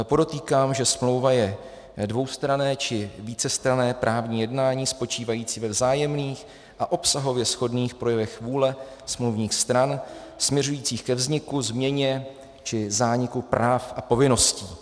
Podotýkám, že smlouva je dvoustranné či vícestranné právní jednání spočívající ve vzájemných a obsahově shodných projevech vůle smluvních stran směřujících ke vzniku, změně či zániku práv a povinností.